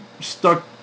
stuck